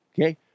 Okay